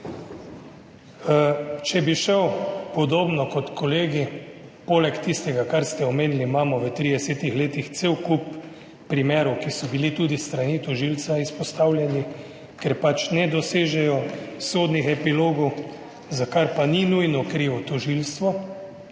Če bi šel podobno kot kolegi, poleg tistega, kar ste omenili, imamo v 30 letih cel kup primerov, ki so bili tudi s strani tožilca izpostavljeni, ker pač ne dosežejo sodnih epilogov, za kar pa ni nujno krivo tožilstvo.